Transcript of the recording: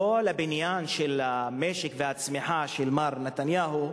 כל הבניין של המשק והצמיחה של מר נתניהו,